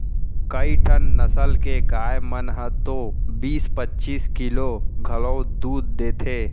कइठन नसल के गाय मन ह तो बीस पच्चीस किलो घलौ दूद देथे